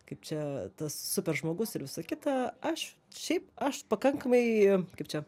kaip čia tas super žmogus ir visą kita aš šiaip aš pakankamai kaip čia